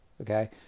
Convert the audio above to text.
okay